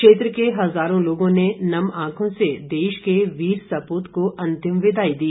क्षेत्र के हज़ारों लोगों ने नम आंखों से देश के वीर सपृत को अंतिम विदाई दी